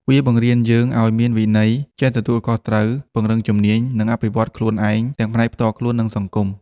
វាបង្រៀនយើងឲ្យមានវិន័យ ចេះទទួលខុសត្រូវ ពង្រឹងជំនាញ និងអភិវឌ្ឍខ្លួនឯងទាំងផ្នែកផ្ទាល់ខ្លួន និងសង្គម។